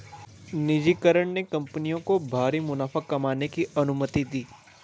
निजीकरण ने कंपनियों को भारी मुनाफा कमाने की अनुमति दी